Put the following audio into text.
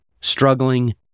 struggling